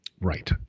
Right